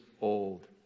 old